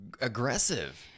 aggressive